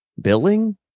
billing